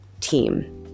team